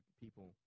people